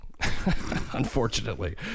unfortunately